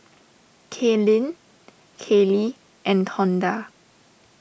Kaylene Kelly and Tonda